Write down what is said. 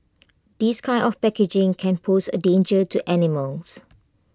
this kind of packaging can pose A danger to animals